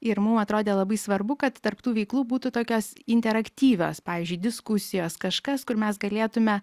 ir mum atrodė labai svarbu kad tarp tų veiklų būtų tokios interaktyvios pavyzdžiui diskusijos kažkas kur mes galėtume